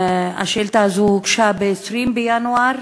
השאילתה הזאת הוגשה ב-20 בינואר,